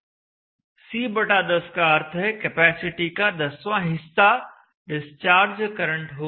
C10 का अर्थ है कैपेसिटी का दसवां हिस्सा डिस्चार्ज करंट होगा